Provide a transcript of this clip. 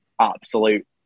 absolute